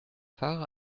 fahre